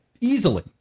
easily